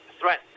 threat